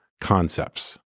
concepts